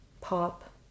pop